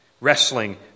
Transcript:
wrestling